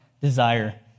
desire